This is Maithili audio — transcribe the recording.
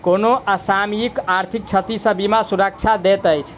कोनो असामयिक आर्थिक क्षति सॅ बीमा सुरक्षा दैत अछि